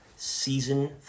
Season